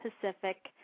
Pacific